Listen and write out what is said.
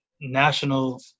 national